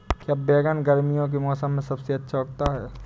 क्या बैगन गर्मियों के मौसम में सबसे अच्छा उगता है?